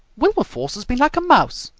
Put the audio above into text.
wilberforce has been like a mouse!